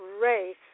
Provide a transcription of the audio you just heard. race